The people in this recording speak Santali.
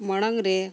ᱢᱟᱲᱟᱝ ᱨᱮ